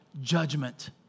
judgment